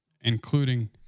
including